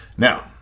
Now